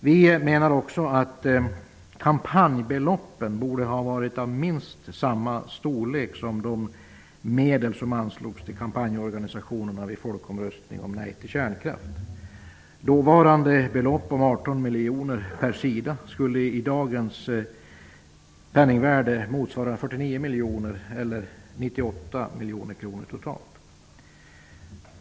Vi menar också att kampanjbeloppen borde ha varit av minst samma storlek som de medel som anslogs till kampanjorganisationerna vid folkomröstningen rörande kärnkraften. Dåvarande belopp om 18 miljoner per sida skulle i dagens penningvärde motsvara 49 miljoner kronor, eller 98 miljoner kronor totalt.